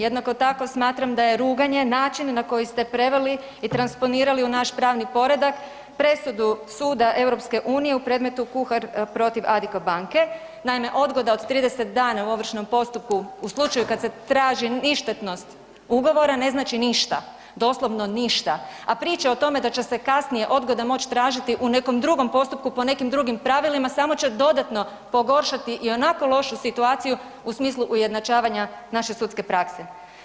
Jednako tako smatram da je ruganje način na koji ste preveli i transponirali u naš pravni poredak presudu Suda EU u predmetu Kuhar protiv Addico banke, naime odgoda od 30 dana u ovršnom postupku u slučaju kad se traži ništetnost ugovora ne znači ništa, doslovno ništa, a priče o tome da će se kasnije odgoda moći tražiti u nekom drugom postupku po nekim drugim pravilima samo će dodatno pogoršati i onako lošu situaciju u smislu ujednačavanja naše sudske prakse.